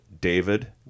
David